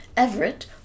Everett